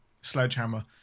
sledgehammer